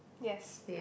yes